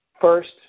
first